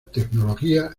tecnología